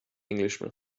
englishman